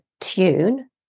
tune